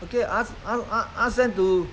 I tell you ask ask ask them to